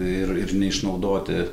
ir ir neišnaudoti